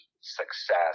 success